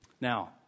Now